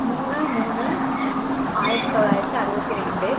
மூணு மூணு ஆயிரத்து தொளாயிரத்து அறுபத்தி ரெண்டு